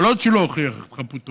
כל עוד הוא לא הוכיח את חפותו,